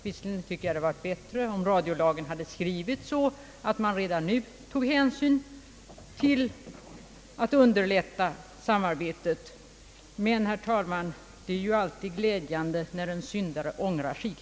Visserligen tycker jag att det hade varit bättre om radiolagen hade skrivits så att man redan nu tagit hänsyn till samarbetet, men det är ju alltid glädjande när en syndare sig ångrar.